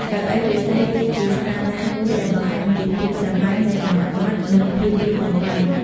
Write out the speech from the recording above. កៅអីឫស្សី គឺជាស្នាដៃមួយដែលបង្ហាញពីភាពសាមញ្ញ រចនាបថ និងភាពយូរអង្វែង ។